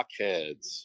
Rockheads